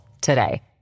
today